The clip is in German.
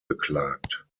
beklagt